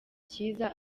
cyiza